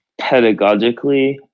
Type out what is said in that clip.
pedagogically